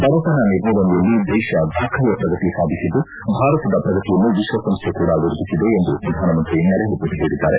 ಬಡತನ ನಿರ್ಮೂಲನೆಯಲ್ಲಿ ದೇಶ ದಾಖಲೆಯ ಪ್ರಗತಿ ಸಾಧಿಸಿದ್ದು ಭಾರತದ ಪ್ರಗತಿಯನ್ನು ವಿಶ್ವಸಂಸ್ಟೆ ಕೂಡ ಗುರುತಿಸಿದೆ ಎಂದು ಪ್ರಧಾನಮಂತ್ರಿ ನರೇಂದ್ರ ಮೋದಿ ಹೇಳಿದ್ದಾರೆ